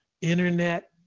internet